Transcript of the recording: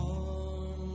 on